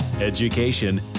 education